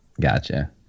Gotcha